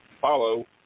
follow